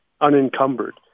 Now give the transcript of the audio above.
unencumbered